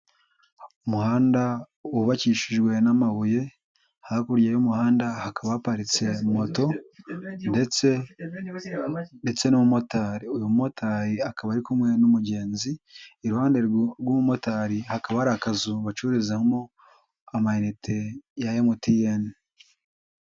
Umuhanda wubakishijwe n'amabuye, hakurya y'umuhanda hakaba haparitse moto ndetse ndetse n'umumotari . Uyu mumotari akaba ari kumwe n'umugenzi ,iruhande rw'umumotari hakaba hari akazu bacururizamo amayinite ya MTN.